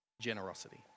generosity